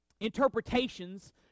interpretations